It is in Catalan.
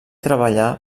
treballà